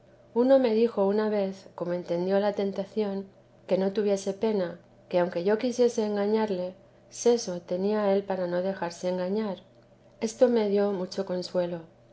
uno me dijo una vez como entendió la tentación que no tuviese pena que aunque yo quisiese engañarle seso tenía él para no dejarse engañar esto me dio mucho consuelo